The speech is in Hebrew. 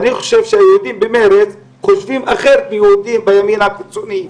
אני חושב שהיהודים במרצ חושבים אחרת מיהודים בימין הקיצוני,